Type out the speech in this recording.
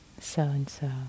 so-and-so